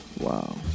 Wow